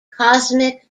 cosmic